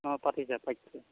অ পাতিছে পাতিছে